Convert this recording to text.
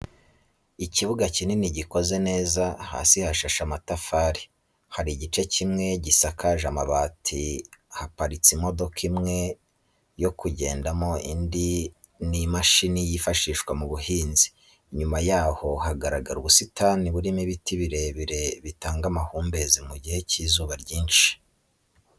Ikibuga kinini gikoze neza hasi hashashe amatafari, hari igice kimwe gisakaje amabati haparitse imodoka imwe yokugendamo indi ni imashini yifashishwa mu buhinzi, inyuma yaho hagaragara ubusitani burimo ibiti birebire bitanga amahumbezi mu gihe cy'izuba ryinshi.